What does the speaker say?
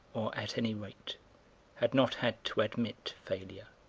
or at any rate had not had to admit failure.